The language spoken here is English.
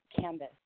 canvas